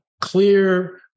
clear